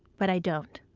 but i don't,